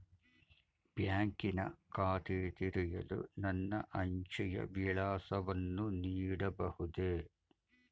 ಬ್ಯಾಂಕಿನ ಖಾತೆ ತೆರೆಯಲು ನನ್ನ ಅಂಚೆಯ ವಿಳಾಸವನ್ನು ನೀಡಬಹುದೇ?